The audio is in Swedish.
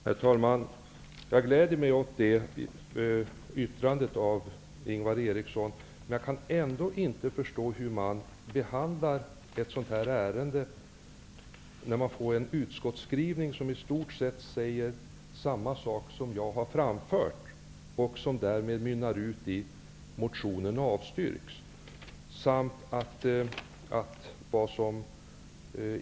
Herr talman! Jag gläder mig åt det yttrandet. Jag förstår ändå inte hur man behandlar ett sådant här ärende, när en utskottsskrivning säger samma sak som jag har framfört i motionen, men mynnar ut i att motionen avstyrks.